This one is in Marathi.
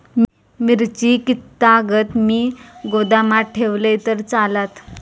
मिरची कीततागत मी गोदामात ठेवलंय तर चालात?